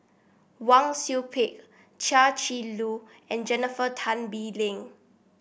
Wang Sui Pick Chia Shi Lu and Jennifer Tan Bee Leng